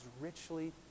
richly